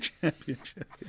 championship